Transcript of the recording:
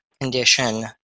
condition